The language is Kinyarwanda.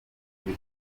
bari